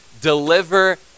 deliver